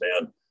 man